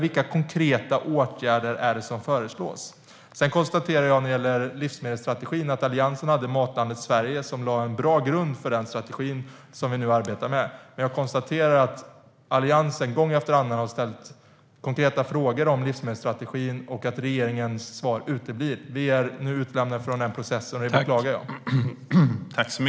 Vilka konkreta åtgärder föreslås?